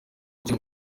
cyo